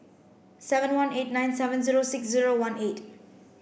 seven one eight nine seven zero six zero one eight